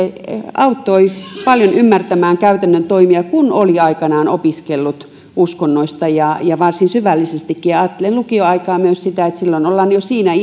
auttoi paljon ymmärtämään käytännön toimia kun oli aikanaan opiskellut uskonnoista ja ja varsin syvällisestikin ja ajattelen lukioajasta myös niin että silloin ollaan jo siinä